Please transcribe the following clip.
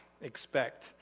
expect